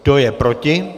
Kdo je proti?